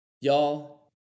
y'all